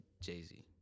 Jay-Z